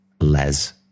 Les